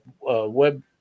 web